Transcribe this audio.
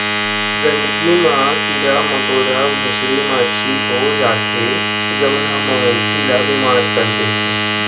गंदगी म कीरा मकोरा, भूसड़ी, माछी हो जाथे जउन ह मवेशी ल बेमार कर देथे